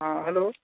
आं हेलो